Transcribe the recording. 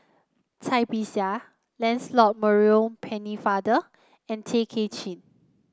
Cai Bixia Lancelot Maurice Pennefather and Tay Kay Chin